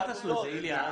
אל תעשה את זה, איליה.